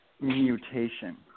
mutation